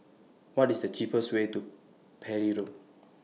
What IS The cheapest Way to Parry Road